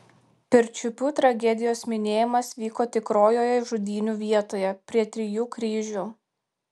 pirčiupių tragedijos minėjimas vyko tikrojoje žudynių vietoje prie trijų kryžių